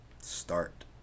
Start